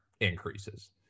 increases